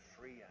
free